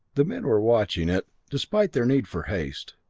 the men were watching it, despite their need for haste.